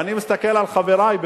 ואני מסתכל על חברי,